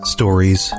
Stories